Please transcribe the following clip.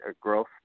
growth